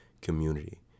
community